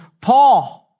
Paul